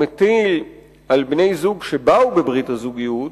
מטיל על בני-זוג שבאו בברית הזוגיות,